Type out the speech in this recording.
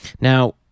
Now